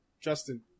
justin